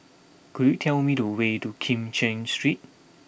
could you tell me the way to Kim Cheng Street